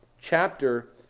chapter